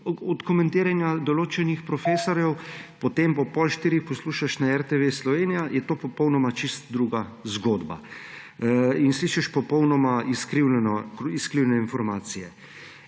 od komentiranja določenih profesorjev, potem ob pol štirih poslušaš na RTV Slovenija, je to popolnoma čisto druga zgodba. Slišiš popolnoma izkrivljene informacije.